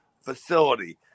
facility